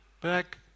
back